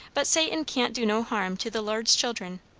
but satan can't do no harm to the lord's children.